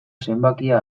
zenbakian